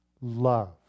Love